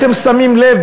אתם שמים לב,